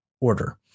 Order